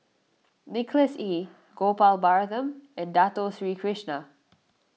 Nicholas Ee Gopal Baratham and Dato Sri Krishna